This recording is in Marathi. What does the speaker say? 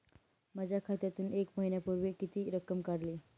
माझ्या खात्यातून एक महिन्यापूर्वी किती रक्कम काढली?